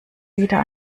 wieder